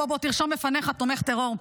בוא, בוא, תרשום לפניך, תומך טרור: